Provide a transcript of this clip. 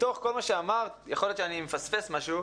מתוך כל מה שאמרת, יכול להיות שאני מפספס משהו,